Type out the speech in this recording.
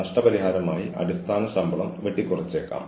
നമുക്ക് കാര്യങ്ങൾ ബന്ധപ്പെട്ടവരെ അറിയിക്കാം